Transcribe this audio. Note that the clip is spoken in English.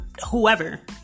whoever